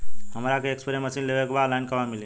हमरा एक spray machine लेवे के बा ऑनलाइन कहवा मिली?